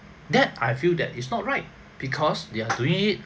that I feel that it's not right because they're doing it